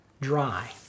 dry